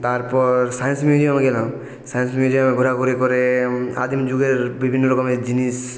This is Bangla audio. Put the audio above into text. তারপর সায়েন্স মিউজিয়ামে গেলাম সায়েন্স মিউজিয়ামে ঘোরাঘুরি করে আদিম যুগের বিভিন্ন রকমের জিনিস